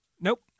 Nope